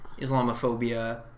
Islamophobia